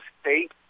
state